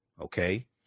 Okay